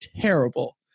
terrible